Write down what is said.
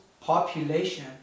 population